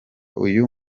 uyu